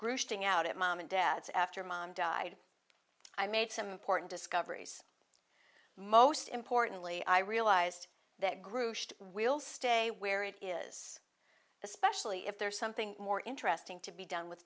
setting out at mom and dad's after mom died i made some important discoveries most importantly i realized that group will stay where it is especially if there's something more interesting to be done with